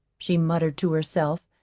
she muttered to herself,